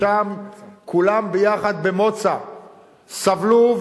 ששם כולם ביחד סבלו,